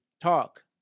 talk